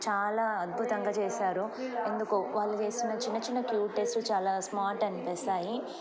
చాలా అద్భుతంగా చేశారు ఎందుకు వాళ్ళు చేసన్న చిన్న చిన్న క్యూట్నెస్ చాలా స్మార్ట్ అనిపిస్తాయి